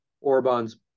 Orban's